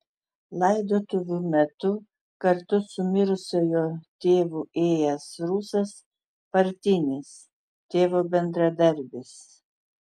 laidotuvių metu kartu su mirusiojo tėvu ėjęs rusas partinis tėvo bendradarbis